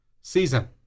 season